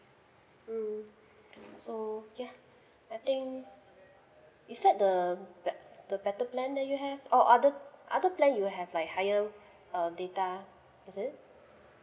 mm so yeah I think is that the the better plan that you have or other other plan you have like higher uh data is it